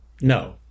No